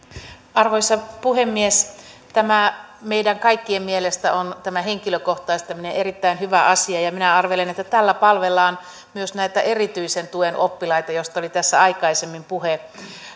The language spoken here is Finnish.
arvoisa puhemies meidän kaikkien mielestä tämä henkilökohtaistaminen on erittäin hyvä asia ja minä arvelen että tällä palvellaan myös näitä erityisen tuen oppilaita joista oli aikaisemmin puhe